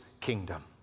kingdom